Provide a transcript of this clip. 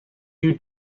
you